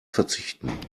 verzichten